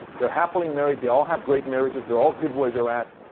they're happily married, they all have great marriages, they're all good where they're at,